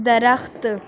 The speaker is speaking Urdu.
درخت